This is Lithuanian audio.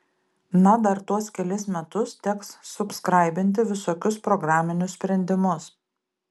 na dar tuos kelis metus teks subskraibinti visokius programinius sprendimus